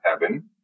heaven